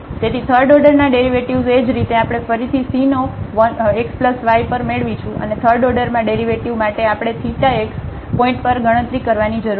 તેથી third order ના derivatives એ જ રીતે આપણે ફરીથી sin x y પર મેળવીશું અને થર્ડ ઓર્ડરમાં ડેરિવેટિવ માટે આપણે θ x પોઇન્ટ પર ગણતરી કરવાની જરૂર છે